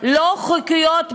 לא חוקיות בעליל,